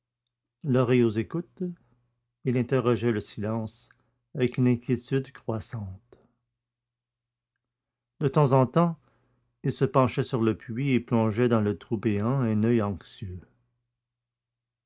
l'oreille aux écoutes il interrogeait le silence avec une inquiétude croissante de temps en temps il se penchait sur le puits et plongeait dans le trou béant un oeil anxieux